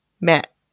met